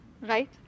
right